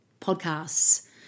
podcasts